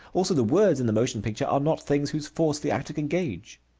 also the words in the motion picture are not things whose force the actor can gauge.